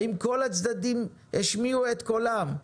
האם כל הצדדים השמיעו את קולם?